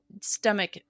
stomach –